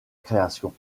création